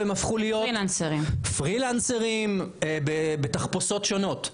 והם הפכו להיות פרי לנסרים בתחפושות שונות.